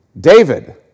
David